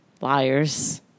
Liars